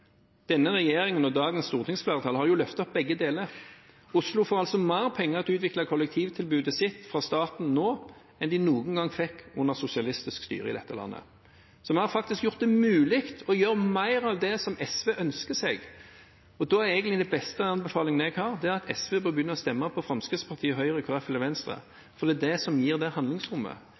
Denne regjeringen og dagens stortingsflertall har løftet opp begge deler. Oslo får mer penger til å utvikle kollektivtilbudet sitt fra staten nå enn de noen gang fikk under sosialistisk styre i dette landet. Vi har faktisk gjort det mulig å gjøre mer av det som SV ønsker seg. Da er egentlig den beste anbefalingen jeg har at SV bør begynne å stemme på Fremskrittspartiet, Høyre, Kristelig Folkeparti eller Venstre, for det er det som gir handlingsrommet.